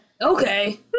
Okay